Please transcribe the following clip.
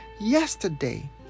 Yesterday